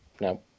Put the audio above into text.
No